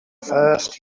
first